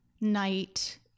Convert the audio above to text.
night